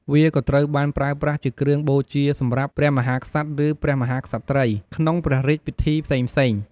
វាក៏ត្រូវបានប្រើប្រាស់ជាគ្រឿងបូជាសម្រាប់ ព្រះមហាក្សត្រ ឬ ព្រះមហាក្សត្រី ក្នុងព្រះរាជពិធីផ្សេងៗ។